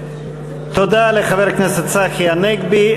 תודה לחבר הכנסת צחי הנגבי.